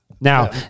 Now